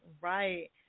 Right